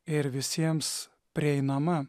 ir visiems prieinama